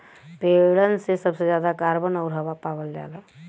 पेड़न में सबसे जादा कार्बन आउर हवा पावल जाला